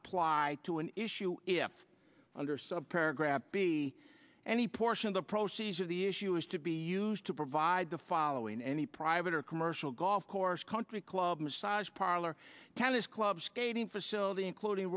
apply to an issue if under subparagraph be any portion of the proceeds of the issue is to be used to provide the following any private or commercial golf course country club massage parlor tennis club skating facility including